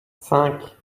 cinq